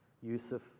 Yusuf